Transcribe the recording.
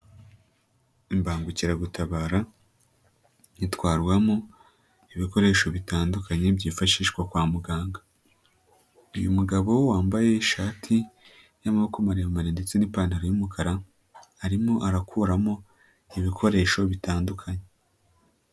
Imbangukiragutabara itwarwamo ibikoresho bitandukanye byifashishwa kwa muganga. Uyu mugabo wambaye ishati y'amaboko maremare ndetse n'ipantaro y'umukara arimo arakuramo ibikoresho bitandukanye.